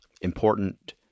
important